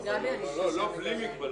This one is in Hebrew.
הרי מתי זה יקרה,